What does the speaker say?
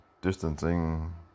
distancing